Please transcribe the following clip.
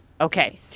Okay